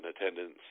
attendance